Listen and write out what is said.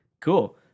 Cool